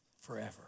forever